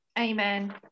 Amen